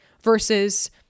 versus